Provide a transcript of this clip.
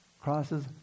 crosses